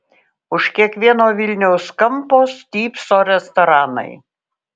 už kiekvieno vilniaus kampo stypso restoranai